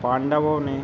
पांडवों ने